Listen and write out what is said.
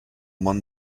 món